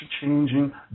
changing